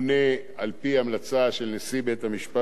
על-פי המלצה של נשיא בית-המשפט העליון,